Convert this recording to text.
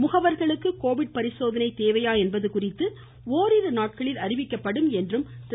முகவர்களுக்கு Covid பரிசோதனை தேவையா என்பது குறித்து ஓரிரு நாட்களில் அறிவிக்கப்படும் என்றும் திரு